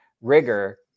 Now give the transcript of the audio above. rigor